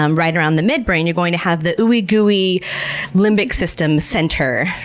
um right around the midbrain, you're going to have the ooey-gooey limbic system center.